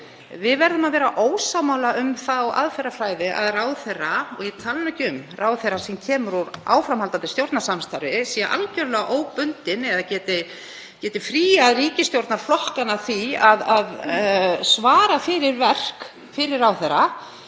Við verðum að vera ósammála um þá aðferðafræði að ráðherra, og ég tala nú ekki um ráðherra sem kemur úr áframhaldandi stjórnarsamstarfi, sé algerlega óbundinn eða geti fríað ríkisstjórnarflokkana því að svara fyrir verk fyrri ráðherra.